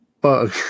bug